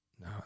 No